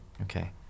Okay